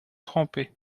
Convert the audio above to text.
trempé